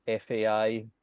FAI